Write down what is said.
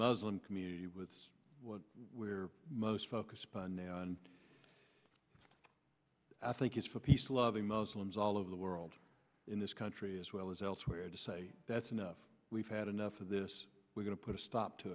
muslim community with where most focused and i think is for peace loving muslims all over the world in this country as well as elsewhere to say that's enough we've had enough of this we're going to put a stop to